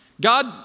God